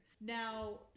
Now